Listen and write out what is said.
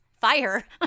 fire